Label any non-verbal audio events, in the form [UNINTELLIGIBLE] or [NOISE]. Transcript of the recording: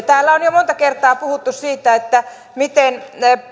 [UNINTELLIGIBLE] täällä on jo monta kertaa puhuttu siitä miten